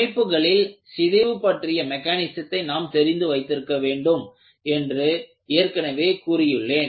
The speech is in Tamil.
அமைப்புகளின் சிதைவு பற்றிய மெக்கானிசத்தை நாம் தெரிந்து வைத்திருக்க வேண்டும் என்று ஏற்கனவே கூறியுள்ளேன்